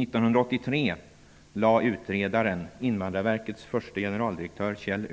1983 lade utredaren, Kjell